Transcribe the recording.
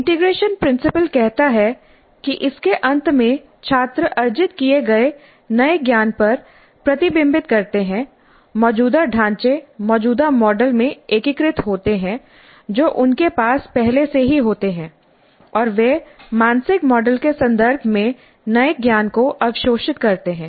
integration principle कहता है कि इसके अंत में छात्र अर्जित किए गए नए ज्ञान पर प्रतिबिंबित करते हैं मौजूदा ढांचेमौजूदा मॉडल में एकीकृत होते हैं जो उनके पास पहले से ही होते हैं और वे मानसिक मॉडल के संदर्भ में नए ज्ञान को अवशोषित करते हैं